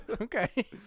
okay